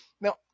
Now